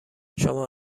شما